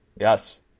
Yes